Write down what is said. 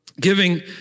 giving